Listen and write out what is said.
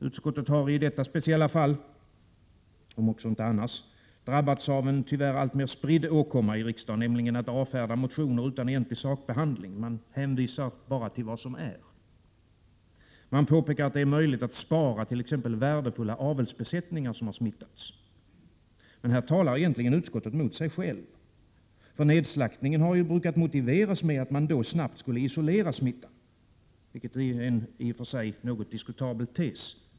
Utskottet har i detta speciella fall — om också inte annars — drabbats av en tyvärr alltmer spridd åkomma i riksdagen, nämligen att avfärda motioner utan egentlig sakbehandling, att bara hänvisa till vad som är. Utskottet påpekar att det är möjligt att spara t.ex. värdefulla avelsbesättningar som har smittats. Här talar egentligen utskottet mot sig självt. Nedslaktningen har ju brukat motiveras med att smittan då snabbt skulle isoleras — en i och för sig något diskutabel tes.